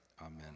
Amen